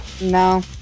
no